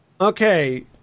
okay